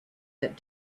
that